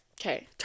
Okay